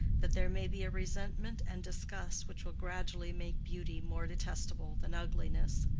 that there may be a resentment and disgust which will gradually make beauty more detestable than ugliness,